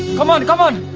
come on! you come on!